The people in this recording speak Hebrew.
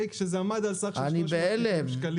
אני בהלם.